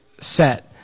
set